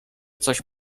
coś